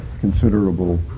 considerable